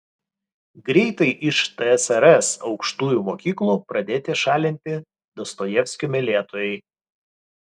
greitai iš tsrs aukštųjų mokyklų pradėti šalinti dostojevskio mylėtojai